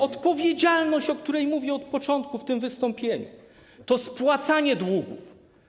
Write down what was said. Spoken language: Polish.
Odpowiedzialność, o której mówię od początku w tym wystąpieniu, to spłacanie długów.